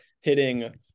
hitting